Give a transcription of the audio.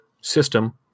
system